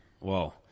Whoa